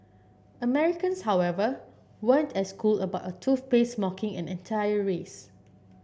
Americans however weren't as cool about a toothpaste mocking and an entire race